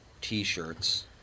T-shirts